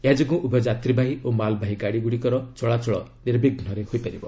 ଏହାଯୋଗୁଁ ଉଭୟ ଯାତ୍ରୀବାହୀ ଓ ମାଲବାହି ଗାଡ଼ିକର ଚଳାଚଳ ନିର୍ବିଘ୍ନରେ ହୋଇପାରିବ